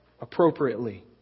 appropriately